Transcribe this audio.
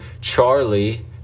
charlie